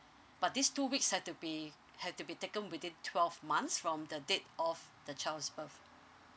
but these two weeks have to be have to be taken within twelve months from the date of the child's birth